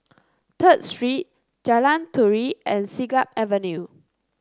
Third Street Jalan Turi and Siglap Avenue